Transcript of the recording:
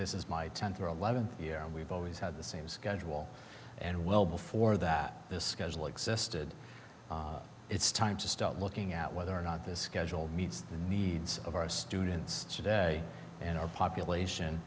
this is my tenth or eleventh year and we've always had the same schedule and well before that this schedule existed it's time to start looking at whether or not this schedule meets the needs of our students today in our population